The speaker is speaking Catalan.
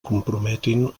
comprometin